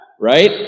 right